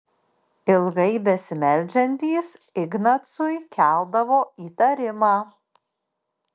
ilgai besimeldžiantys ignacui keldavo įtarimą